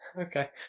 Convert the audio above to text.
okay